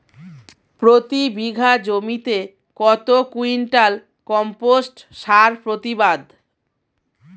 প্রতি বিঘা জমিতে কত কুইন্টাল কম্পোস্ট সার প্রতিবাদ?